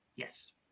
Yes